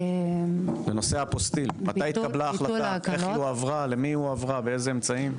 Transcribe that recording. האוכלוסין האפוסטיל למי הועברה, באילו אמצעים.